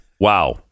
Wow